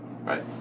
Right